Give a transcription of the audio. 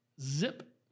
Zip